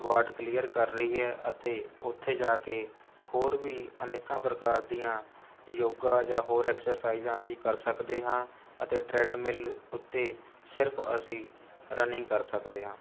ਵਾਟ clear ਕਰ ਲਈ ਹੈ ਅਤੇ ਉੱਥੇ ਜਾ ਕੇ ਹੋਰ ਵੀ ਅਨੇਕਾਂ ਪ੍ਰਕਾਰ ਦੀਆਂ ਯੋਗਾ ਜਾਂ ਹੋਰ ਐਕਸਰਸਾਇਜਾਂ ਅਸੀਂ ਕਰ ਸਕਦੇ ਹਾਂ ਅਤੇ ਟ੍ਰੈਡਮਿਲ ਉੱਤੇ ਸਿਰਫ਼ ਅਸੀਂ ਰਨਿੰਗ ਕਰ ਸਕਦੇ ਹਾਂ